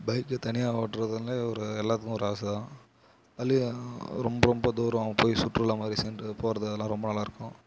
bike தனியாக ஓட்டுறதுனாலே ஒரு எல்லாத்துக்கும் ஒரு ஆசை தான் அதுலேயும் ரொம்ப ரொம்ப தூரம் போய் சுற்றுலா மாதிரி சென்று போகிறது அதலாம் ரொம்ப நல்லாயிருக்கும்